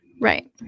Right